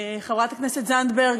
חברת הכנסת זנדברג,